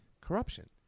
corruption